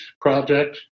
project